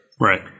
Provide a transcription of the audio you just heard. right